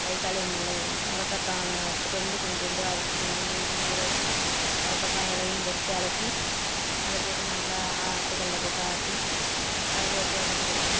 கை காலுக்கு நல்ல இது முடக்கத்தான் எடுத்துகிட்டு வந்து கொஞ்சோண்டு அரிசி கொஞ்சோண்டு உளுந்து ஊற வச்சு முடக்கத்தான் இலையும் பறிச்சு அலசி அதை போட்டு நல்லா ஆட்டுக்கல்லில் போட்டு ஆட்டி அதில் தோசையாக சுட்டு கொடுப்போம்